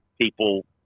people